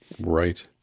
Right